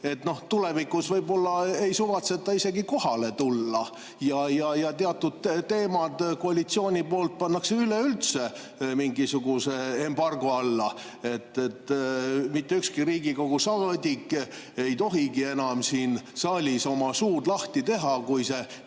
tulevikus võib-olla ei suvatseta isegi kohale tulla ja teatud teemad koalitsiooni poolt pannakse üleüldse mingisuguse embargo alla, et mitte ükski Riigikogu liige ei tohigi enam siin saalis oma suud lahti teha, kui see